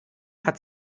hat